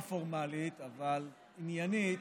א-פורמלית אבל עניינית,